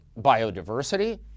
biodiversity